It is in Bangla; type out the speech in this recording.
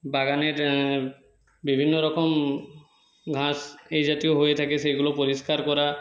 বাগানের বিভিন্ন রকম ঘাস এই জাতীয় হয়ে থাকে সেইগুলো পরিষ্কার করা